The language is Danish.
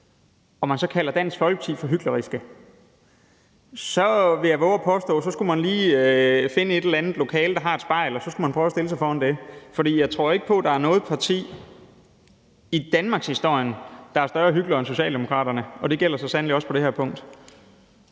og man så kalder Dansk Folkeparti for hykleriske, så vil jeg sige, at man lige skulle finde et lokale, der har et spejl, og så skulle man prøve at stille sig foran det. For jeg tror ikke – det vil jeg vove at påstå – at der er noget parti i danmarkshistorien, der er større hyklere end Socialdemokraterne. Og det gælder så sandelig også på det her punkt.